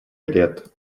лет